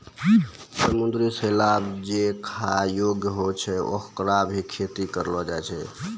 समुद्री शैवाल जे खाय योग्य होय छै, होकरो भी खेती करलो जाय छै